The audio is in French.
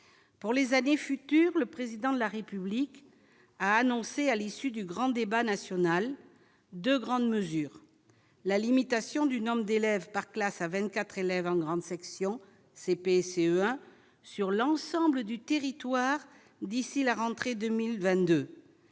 Pour les années futures, le président de la République a annoncé à l'issue du grand débat national de grandes mesures, la limitation du nombre d'élèves par classe à 24 élèves en grande section, CP, CE1, sur l'ensemble du territoire d'ici la rentrée 2022